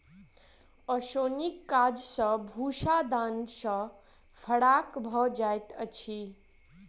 ओसौनीक काज सॅ भूस्सा दाना सॅ फराक भ जाइत अछि